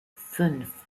fünf